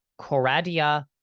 Coradia